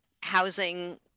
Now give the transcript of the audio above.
housing –